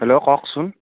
hello কওকচোন